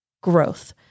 Growth